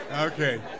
Okay